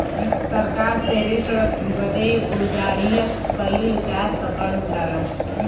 सरकार से ऋण बदे गुजारिस कइल जा सकल जाला